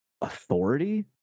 authority